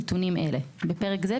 נתונים אלה (בפרק זה,